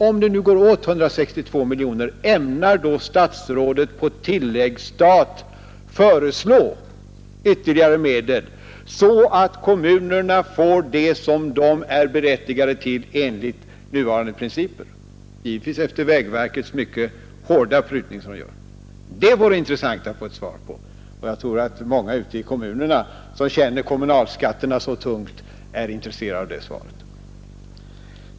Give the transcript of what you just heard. Om det går åt 162 miljoner, ämnar då statsrådet på tilläggsstat föreslå ytterligare medel så att kommunerna får det som de är berättigade till enligt nuvarande principer — givetvis efter den mycket hårda prutning som vägverket gör? Det vore intressant att få ett svar på denna fråga. Jag tror att många ute i kommunerna som känner kommunalskatterna så tungt är intresserade av det svaret.